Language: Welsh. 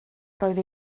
roedd